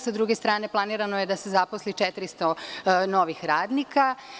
S druge strane, planirano je da se zaposli 400 novih radnika.